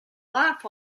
laugh